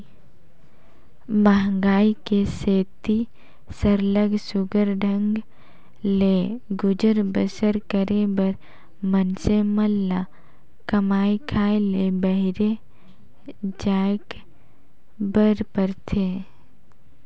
मंहगई के सेती सरलग सुग्घर ढंग ले गुजर बसर करे बर मइनसे मन ल कमाए खाए ले बाहिरे जाएच बर परथे